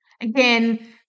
Again